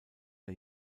der